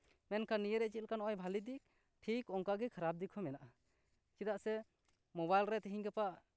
ᱢᱮᱱᱠᱷᱟᱱ ᱱᱤᱭᱟᱹ ᱨᱮᱭᱟᱜ ᱪᱮᱫ ᱞᱮᱠᱟ ᱵᱷᱟᱞᱮ ᱫᱤᱠ ᱴᱷᱤᱠ ᱚᱱᱠᱟᱜᱮ ᱠᱷᱟᱨᱟᱯ ᱫᱤᱠ ᱦᱚᱸ ᱢᱮᱱᱟᱜᱼᱟ ᱪᱮᱫᱟᱜ ᱥᱮ ᱢᱳᱵᱟᱭᱤᱞ ᱨᱮ ᱛᱤᱦᱤᱧ ᱜᱟᱯᱟ